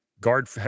guard